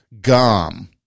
gum